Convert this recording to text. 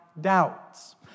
doubts